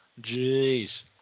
Jeez